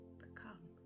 become